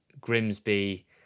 Grimsby